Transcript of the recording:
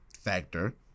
factor